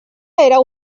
era